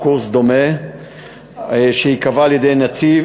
או קורס דומה שייקבע על-ידי נציב